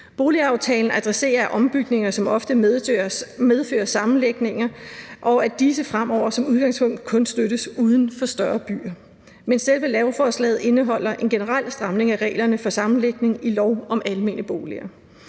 Boligaftalen adresserer ombygninger, som ofte medfører sammenlægninger, og at disse fremover som udgangspunkt kun støttes uden for større byer, men selve lovforslaget indeholder en generel stramning af reglerne for sammenlægning i lov om almene boliger.